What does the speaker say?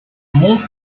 mon